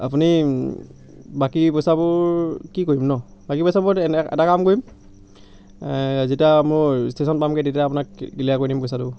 আপুনি বাকী পইচাবোৰ কি কৰিম ন বাকী পইচাবোৰ এটা কাম কৰিম যেতিয়া মোৰ ইষ্টেশ্যন পামগৈ তেতিয়া আপোনাক ক্লিয়াৰ কৰি দিম পইচাটো